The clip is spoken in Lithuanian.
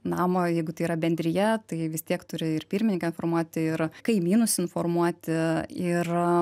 namo jeigu tai yra bendrija tai vis tiek turi ir pirmininką informuoti ir kaimynus informuoti ir